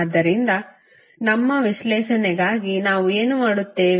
ಆದ್ದರಿಂದ ನಮ್ಮ ವಿಶ್ಲೇಷಣೆಗಾಗಿ ನಾವು ಏನು ಮಾಡುತ್ತೇವೆ